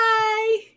Bye